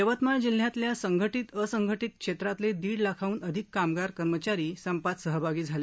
यवतमाळ जिल्ह्यातल्या संघटीत असंघटीत क्षेत्रातले दीड लाखाहून अधिक कामगार कर्मचारी संपात सहभागी झाले